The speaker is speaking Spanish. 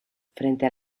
frente